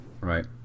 right